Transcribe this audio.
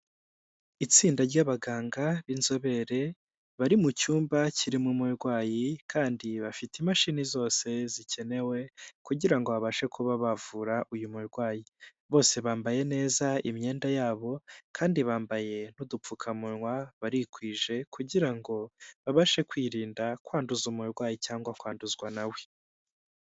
Itsinda ry'abaganga b'inzobere bari mu cyumba kirimo umurwayi kandi bafite imashini zose zikenewe kugira ngo babashe kuba bavura uyu murwayi, bose bambaye neza imyenda yabo kandi bambaye n'udupfukamunwa barikwije kugira ngo babashe kwirinda kwanduza umurwayi cyangwa kwanduzwa na we.